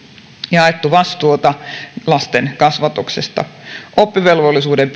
jaettu vastuuta lasten kasvatuksesta oppivelvollisuuden